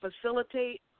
facilitate